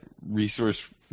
resource